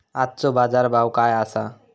आजचो बाजार भाव काय आसा?